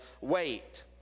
wait